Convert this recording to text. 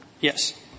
Yes